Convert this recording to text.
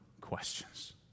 questions